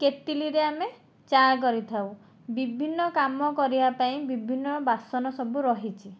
କେଟ୍ଲିରେ ଆମେ ଚା' କରିଥାଉ ବିଭିନ୍ନ କାମ କରିବା ପାଇଁ ବିଭିନ୍ନ ବାସନ ସବୁ ରହିଛି